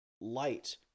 light